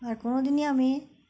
আর কোনোদিনই আমি